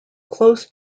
close